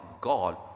God